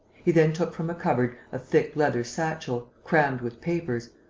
he then took from a cupboard a thick leather satchel, crammed with papers,